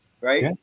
right